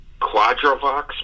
Quadrovox